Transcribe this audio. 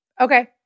Okay